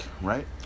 right